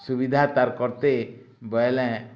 ସୁବିଧା ତା'ର୍ କର୍ତେ ବୋଏଁଲେ